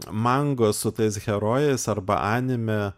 mango su tais herojais arba anime